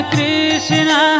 Krishna